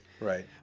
Right